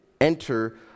enter